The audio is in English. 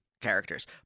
characters